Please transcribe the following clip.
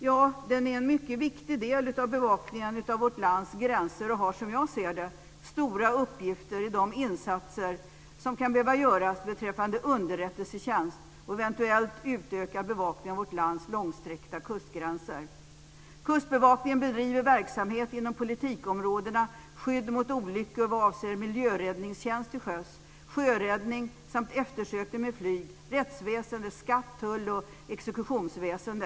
Jo, den är en mycket viktig del av bevakningen av vårt lands gränser och har som jag ser det stora uppgifter i de insatser som kan behöva göras beträffande underrättelsetjänst och eventuellt utökad bevakning av vårt lands långsträckta kustgränser. Kustbevakningen bedriver verksamhet inom politikområdena skydd mot olyckor vad avser miljöräddningstjänst till sjöss, sjöräddning, eftersökning med flyg, rättsväsende - skatt, tull och exekutionsväsende.